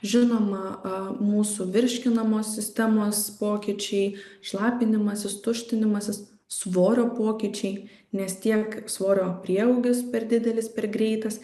žinoma a mūsų virškinamos sistemos pokyčiai šlapinimasis tuštinimasis svorio pokyčiai nes tiek svorio prieaugis per didelis per greitas